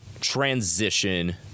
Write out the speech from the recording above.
transition